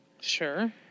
Sure